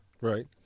Right